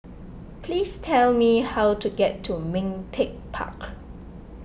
please tell me how to get to Ming Teck Park